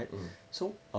hmm